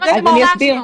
זה הבדל מהותי.